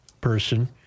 person